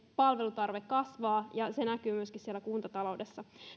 palvelutarve kasvaa ja se näkyy myöskin siellä kuntataloudessa